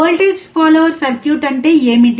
voltage follower circuit అంటే ఏమిటి